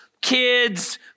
kids